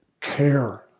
care